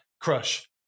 crush